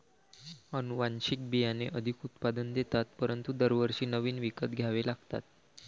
अनुवांशिक बियाणे अधिक उत्पादन देतात परंतु दरवर्षी नवीन विकत घ्यावे लागतात